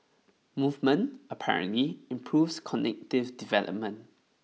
movement apparently improves cognitive development